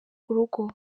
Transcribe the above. urugo